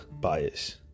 bias